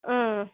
ம்